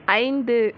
ஐந்து